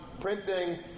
printing